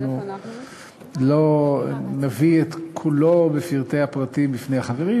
לא נביא את כולו בפרטי הפרטים בפני החברים,